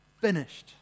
finished